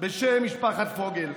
בשם משפחת פוגל,